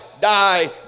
die